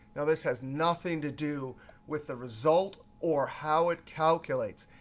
now, this has nothing to do with result or how it calculates.